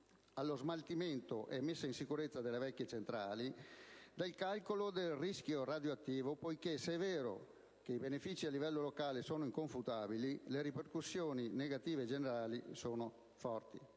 allo smaltimento e messa in sicurezza delle vecchie centrali, del calcolo del rischio radioattivo, poiché se è vero che i benefici a livello locale sono inconfutabili, le ripercussioni negative generali sono forti.